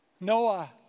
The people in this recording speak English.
Noah